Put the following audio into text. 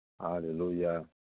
Hallelujah